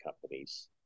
companies